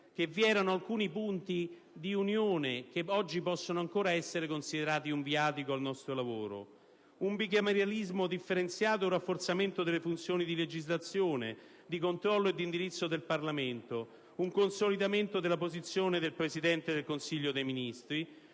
che vi erano alcuni punti di unione che oggi possono ancora essere considerati un viatico al nostro lavoro: un bicameralismo differenziato ed un rafforzamento delle funzioni di legislazione, di controllo e di indirizzo del Parlamento; un consolidamento della posizione del Presidente dei Consiglio dei ministri;